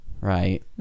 Right